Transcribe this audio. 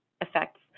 effects